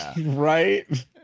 Right